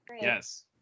yes